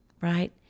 right